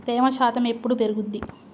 తేమ శాతం ఎప్పుడు పెరుగుద్ది?